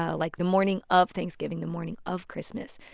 ah like the morning of thanksgiving, the morning of christmas,